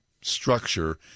structure